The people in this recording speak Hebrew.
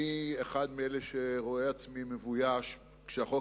אני אחד מאלה שרואה עצמי מבויש כשהחוק